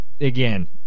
Again